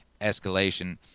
escalation